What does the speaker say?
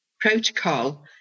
protocol